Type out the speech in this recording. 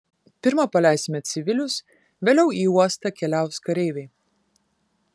pirma paleisime civilius vėliau į uostą keliaus kareiviai